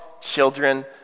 children